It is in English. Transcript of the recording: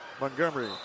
Montgomery